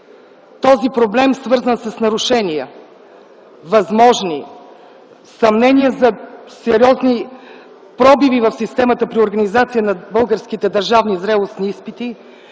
Проблемът, свързан с възможни нарушения, съмнения за сериозни пробиви в системата при организацията на българските държавни зрелостни изпити,